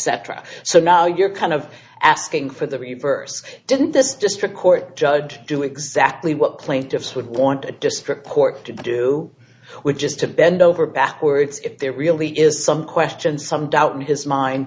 cetera so now you're kind of asking for the reverse didn't this district court judge do exactly what plaintiffs would want a district court to do which is to bend over backwards if there really is some question some doubt in his mind